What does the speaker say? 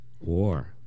war